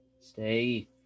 stay